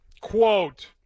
quote